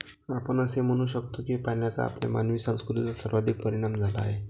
आपण असे म्हणू शकतो की पाण्याचा आपल्या मानवी संस्कृतीवर सर्वाधिक परिणाम झाला आहे